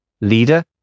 Leader